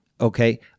Okay